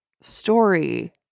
story